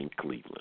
Cleveland